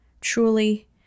Truly